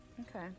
Okay